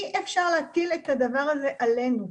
אי אפשר להטיל את הדבר הזה עלינו,